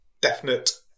definite